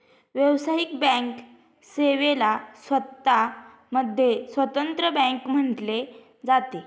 व्यावसायिक बँक सेवेला स्वतः मध्ये स्वतंत्र बँक म्हटले जाते